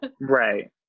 right